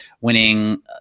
winning